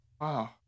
Wow